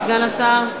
לסגן השר.